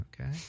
Okay